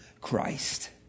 Christ